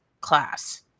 class